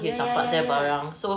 ya ya ya ya